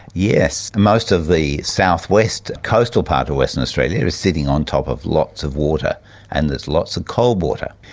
yes. most of the south-west coastal part of western australia is sitting on top of lots of water and there's lots of cold water,